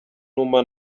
numa